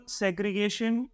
segregation